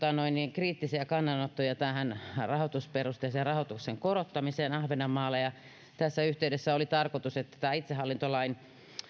kriittisiä kannanottoja tähän tasoitusperusteisen rahoituksen korottamiseen ahvenanmaalle tässä yhteydessä oli tarkoitus että tämä itsehallintolain